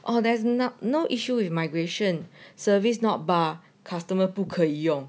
oh there's not no issue with migration service not bar customer 不可以用